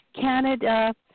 Canada